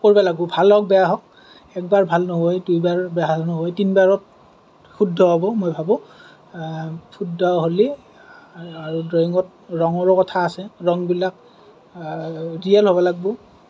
কৰিব লাগিব ভাল হওক বেয়া হওক এক বাৰ ভাল নহয় দুই বাৰ ভাল নহয় তিনিবাৰত শুদ্ধ হ'ব মই ভাবোঁ শুদ্ধ হ'লে ড্ৰয়িঙত ৰঙৰ কথা আছে ৰঙবিলাক ৰিয়েল হ'ব লাগিব